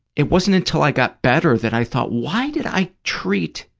it wasn't until i got better that i thought, why did i treat,